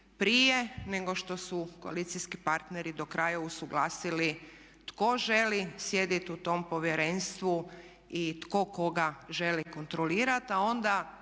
nego što su koalicijski partneri do kraja usuglasili tko želi sjedit u tom povjerenstvu i tko koga želi kontrolirat